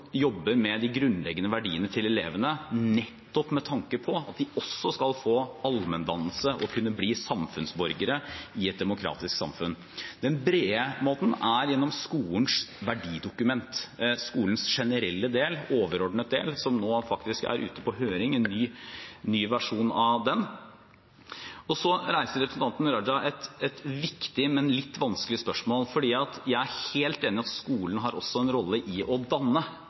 jobber med de grunnleggende verdiene til elevene, nettopp med tanke på at de også skal få allmenndannelse og kunne bli samfunnsborgere i et demokratisk samfunn. Den brede måten er gjennom skolens verdidokument, skolens generelle del, overordnet del. Nå er faktisk en ny versjon av den ute på høring.,. Så reiser representanten Raja et viktig, men litt vanskelig spørsmål. For jeg er helt enig i at skolen også har en rolle i å danne.